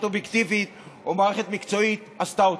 אובייקטיבית או מערכת מקצועית עשתה אותו.